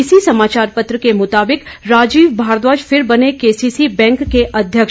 इसी समाचार पत्र के मुताबिक राजीव भारद्वाज फिर बने केसीसी बैंक के अध्यक्ष